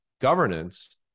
governance